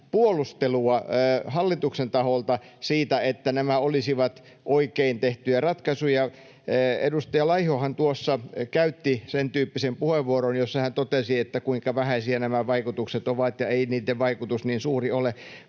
puolustelua hallituksen taholta siitä, että nämä olisivat oikein tehtyjä ratkaisuja. Edustaja Laihohan tuossa käytti sen tyyppisen puheenvuoron, jossa hän totesi, kuinka vähäisiä nämä vaikutukset ovat ja ettei niitten vaikutus niin suuri ole.